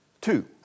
Two